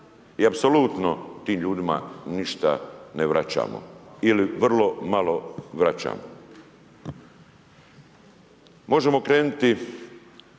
I apsolutno tim ljudima ništa ne vraćamo. Ili vrlo malo vraćamo. Možemo krenuti